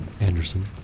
Anderson